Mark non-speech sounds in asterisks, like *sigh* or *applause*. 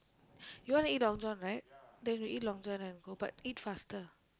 *breath* you wanna eat Long John right then you eat longer and go but eat faster